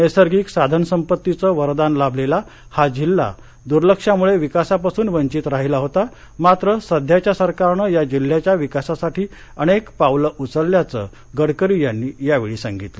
नैसर्गिक साधन संपत्तीचं वरदान लाभलेला हा जिल्हा दुर्लक्षामुळे विकासापासून वंचित राहिला होता मात्र सध्याच्या सरकारनं या जिल्ह्याच्या विकासासाठी अनेक पावलं उचलल्याचं गडकरी यांनी यावेळी सांगितलं